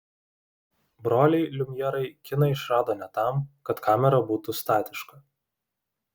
broliai liumjerai kiną išrado ne tam kad kamera būtų statiška